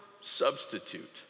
substitute